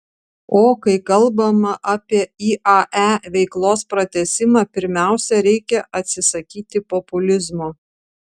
o kai kalbama apie iae veiklos pratęsimą pirmiausia reikia atsisakyti populizmo